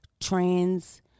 trans